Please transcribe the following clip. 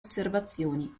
osservazioni